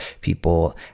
people